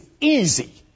easy